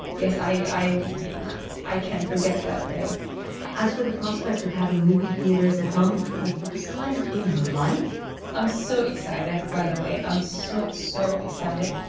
yes i i can't forget that day as for the prospect of having movie theaters at home for the first time in her life i'm so excited, by the way. i'm so, so excited.